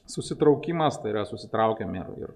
susitraukimas tai yra susitraukiam ir